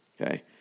Okay